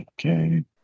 Okay